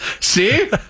See